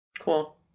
Cool